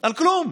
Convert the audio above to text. על כלום,